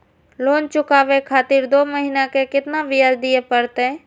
Loan चुकाबे खातिर दो महीना के केतना ब्याज दिये परतें?